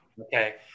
Okay